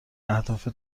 اهداف